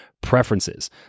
preferences